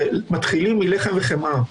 ומתחילים מלחם וחמאה.